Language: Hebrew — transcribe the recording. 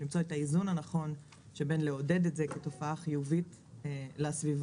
למצוא את האיזון הנכון שבין לעודד את זה כתופעה חיובית לסביבה,